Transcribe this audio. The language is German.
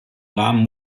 rahmen